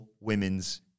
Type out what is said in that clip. Women's